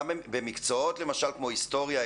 במקצועות למשל כמו היסטוריה,